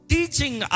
Teaching